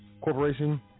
Corporation